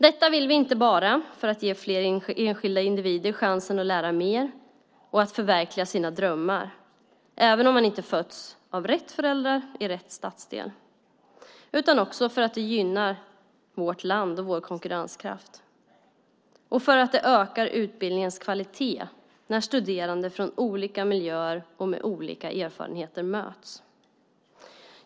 Detta vill vi inte bara för att ge fler enskilda individer chansen att lära mer och att förverkliga sina drömmar, även om de inte fötts av rätt föräldrar i rätt stadsdel, utan också för att det gynnar vårt land och vår konkurrenskraft och för att det ökar utbildningens kvalitet när studerande från olika miljöer och med olika erfarenheter möts.